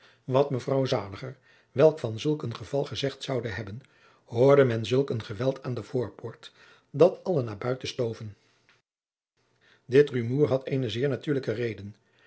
wat mevrouw zaliger wel van zulk een geval gezegd zoude hebben hoorde men zulk een geweld aan de voorpoort dat allen naar buiten stoven dit rumoer had eene zeer natuurlijke reden